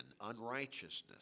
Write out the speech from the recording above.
unrighteousness